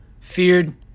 feared